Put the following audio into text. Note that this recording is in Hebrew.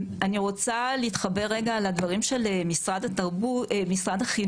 אני רוצה להתחבר לדברים של משרד החינוך.